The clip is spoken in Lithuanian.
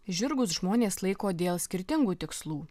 žirgus žmonės laiko dėl skirtingų tikslų